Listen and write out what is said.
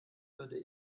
würde